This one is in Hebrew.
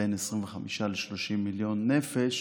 בין 25 ל-30 מיליון נפש,